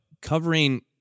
covering